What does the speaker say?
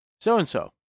so-and-so